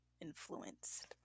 influenced